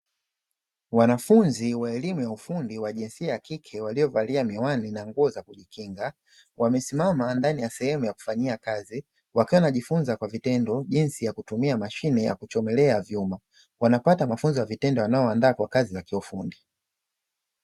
Wanafunzi wa elimu ya ufundi wa jinsia ya kike waliovalia miwani za kuchomelea, wamesimama ndani ya sehemu ya kufanyia kazi wakiwa wanajifunza kwa vitendo jinsi ya kutumia mashine ya kuchomelea vyuoni wanapata mafunzo ya vitendo wanaoandaa kwa ajili ya ufundi.